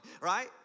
right